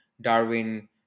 Darwin